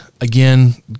again